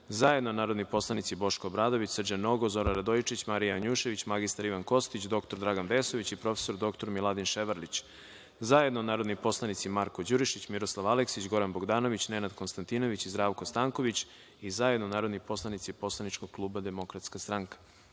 zajedno narodni poslanici Boško Obradović, Srđan Nogo, Zoran Radojičić, Marija Janjušević, mr Ivan Kostić, dr Dragan Vesović i prof. dr Miladin Ševarlić, zajedno narodni poslanici Marko Đurišić, Miroslav Aleksić, Goran Bogdanović, Nenad Konstantinović i Zdravko Stanković i zajedno narodni poslaničkog kluba DS.Reč ima narodni